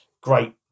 great